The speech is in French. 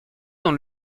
dans